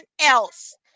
else